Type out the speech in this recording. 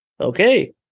Okay